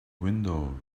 window